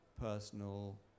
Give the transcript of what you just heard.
personal